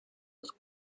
was